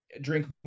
drink